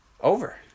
Over